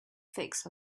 fixed